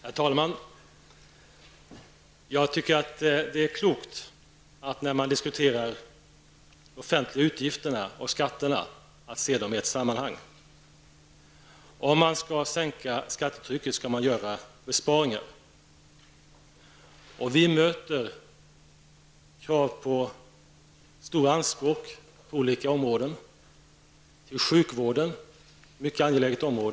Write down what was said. Herr talman! Jag tycker att det är klokt, när man diskuterar de offentliga utgifterna och skatterna, att se dem i ett sammanhang. Om man skall sänka skattetrycket, skall man göra besparingar. Vi möter krav på stora anslag till olika områden. Sjukvården är ett mycket angeläget område.